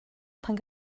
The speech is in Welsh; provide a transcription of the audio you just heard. pan